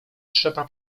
trzeba